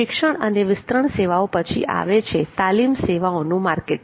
શિક્ષણ અને વિસ્તરણ સેવાઓ પછી આવે છે તાલીમ સેવાઓનું માર્કેટિંગ